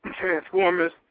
Transformers